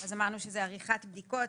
אמרנו שאלה עריכת בדיקות,